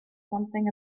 something